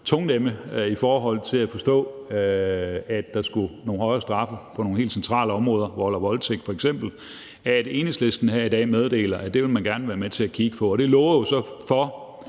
tungnemme i forhold til at forstå, at der skulle nogle højere straffe til på nogle helt centrale områder – vold og voldtægt f.eks. – der i dag meddeler, at det vil man gerne være med til at kigge på. Det lover jo så godt